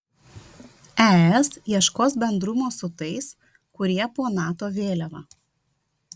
es ieškos bendrumo su tais kurie po nato vėliava